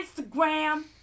Instagram